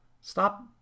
Stop